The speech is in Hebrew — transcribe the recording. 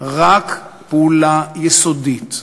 רק פעולה יסודית,